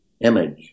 image